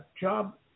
job